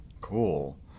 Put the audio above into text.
Cool